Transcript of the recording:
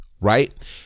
Right